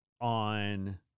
on